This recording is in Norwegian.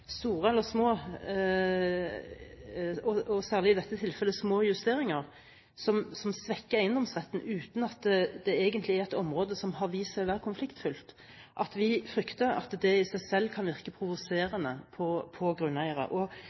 i dette tilfellet små justeringer – som svekker eiendomsretten uten at det egentlig er i et område som har vist seg å være konfliktfylt. Vi frykter at det i seg selv kan virke provoserende på grunneiere. Derfor er vårt ønske og